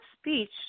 speech